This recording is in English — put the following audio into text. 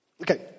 Okay